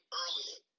earlier